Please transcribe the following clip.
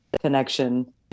connection